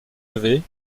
achevée